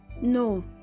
no